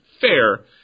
fair